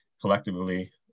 collectively